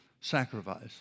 sacrifice